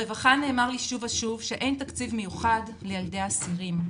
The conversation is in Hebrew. ברווחה נאמר לי שוב ושוב שאין תקציב מיוחד לילדי האסירים,